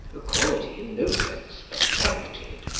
a quality in no sense affected,